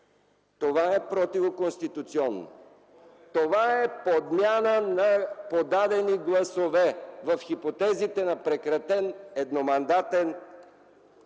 Това е противоконституционно! Това е подмяна на подадени гласове в хипотезите на прекратен едномандатен мандат,